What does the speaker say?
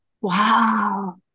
Wow